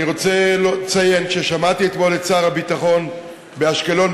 אני רוצה לציין ששמעתי אתמול את שר הביטחון באשקלון,